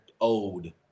owed